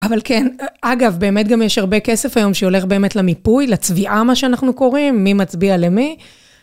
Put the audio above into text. אבל כן, אגב, באמת גם יש הרבה כסף היום שהולך באמת למיפוי, לצביעה, מה שאנחנו קוראים, מי מצביע למי.